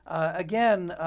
again,